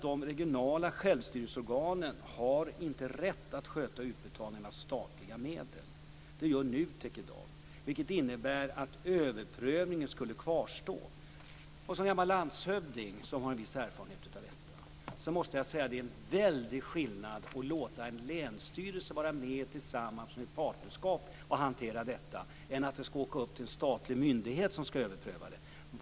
De regionala självstyrelseorganen har inte rätt att sköta utbetalningarna av statliga medel. Det gör NUTEK i dag. Det innebär att överprövningen skulle kvarstå. Som gammal landshövding med viss erfarenhet av detta är det en väldig skillnad att låta en länsstyrelse vara med tillsammans i ett partnerskap och hantera detta än att låta en statlig myndighet överpröva.